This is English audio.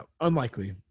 unlikely